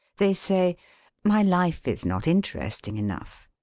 they say my life is not interesting enough.